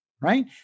right